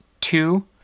two